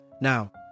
Now